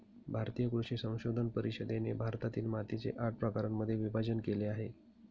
भारतीय कृषी संशोधन परिषदेने भारतातील मातीचे आठ प्रकारांमध्ये विभाजण केले आहे